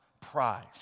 prize